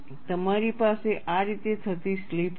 અને તમારી પાસે આ રીતે થતી સ્લિપ હશે